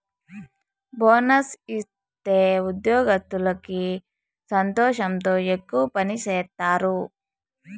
bonus ఇత్తే ఉద్యోగత్తులకి సంతోషంతో ఎక్కువ పని సేత్తారు